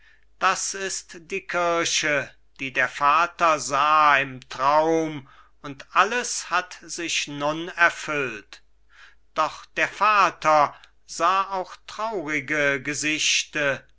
das ist die kirche die der vater sah im traum und alles hat sich nun erfüllt doch der vater sah auch traurige gesichte